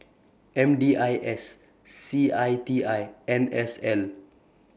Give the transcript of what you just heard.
M D I S C I T I N S L